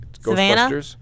Savannah